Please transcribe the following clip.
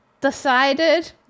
decided